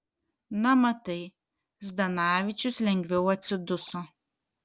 na matai zdanavičius lengviau atsiduso